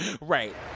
Right